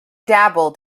dabbled